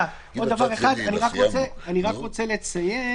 אני רק רוצה לציין